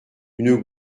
une